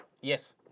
Yes